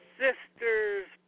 sister's